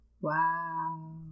Wow